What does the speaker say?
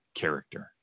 character